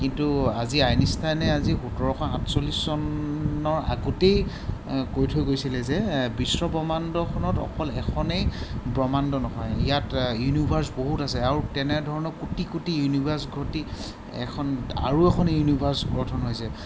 কিন্তু আজি আইনষ্টাইনে আজি সোতৰশ আঠচল্লিছ চনৰ আগতেই কৈ থৈ গৈছিলে যে বিশ্বব্ৰহ্মাণ্ডখনত অকল এখনেই ব্ৰহ্মাণ্ড নহয় ইয়াত ইউনিভাৰ্ছ বহুত আছে আৰু তেনেধৰণৰ কোটি কোটি ইউনিভাৰ্ছ এখন আৰু এখন ইউনিভাৰ্ছ গঠন হৈছে